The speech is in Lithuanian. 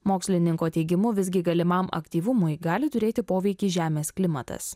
mokslininko teigimu visgi galimam aktyvumui gali turėti poveikį žemės klimatas